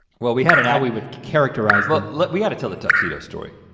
well, we had an. how we would characterize. well, look we had until the tuxedo story.